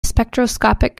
spectroscopic